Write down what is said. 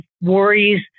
worries